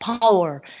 power